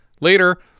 Later